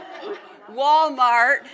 Walmart